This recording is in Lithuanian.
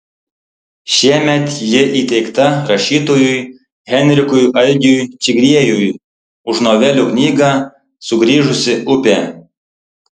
šiemet ji įteikta rašytojui henrikui algiui čigriejui už novelių knygą sugrįžusi upė